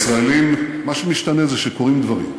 הישראלים, מה שמשתנה זה שקורים דברים.